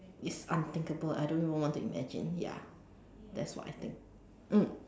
it's unthinkable I don't even want to imagine ya that's what I think mm